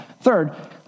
Third